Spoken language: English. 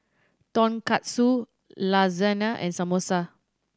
Tonkatsu Lasagne and Samosa